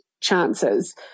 chances